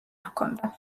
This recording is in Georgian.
ჰქონდა